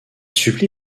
supplie